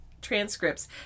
Transcripts